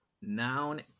Noun